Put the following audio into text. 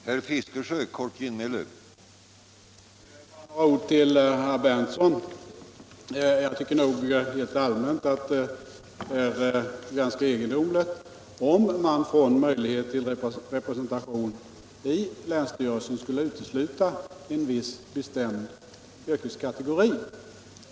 Herr talman! Bara några ord till herr Berndtson! Jag tycker helt allmänt att det vore ganska egendomligt om man från möjligheten till representation i länsstyrelsen skulle utesluta en viss bestämd yrkeskategori.